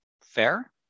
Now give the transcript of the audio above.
Fair